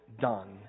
done